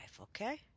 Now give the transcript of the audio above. okay